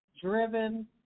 driven